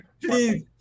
Please